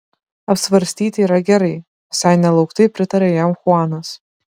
apsvarstyti yra gerai visai nelauktai pritarė jam chuanas